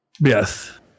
Yes